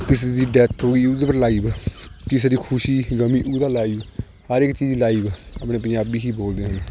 ਕਿਸੇ ਦੀ ਡੈਥ ਹੋ ਗਈ ਉਹਦੇ ਪਰ ਲਾਈਵ ਕਿਸੇ ਦੀ ਖੁਸ਼ੀ ਗਮੀ ਉਸਦਾ ਲਾਈਵ ਹਰ ਇੱਕ ਚੀਜ਼ ਲਾਈਵ ਆਪਣੇ ਪੰਜਾਬੀ ਹੀ ਬੋਲਦੇ ਹਨ